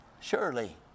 Surely